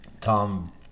Tom